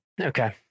Okay